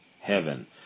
heaven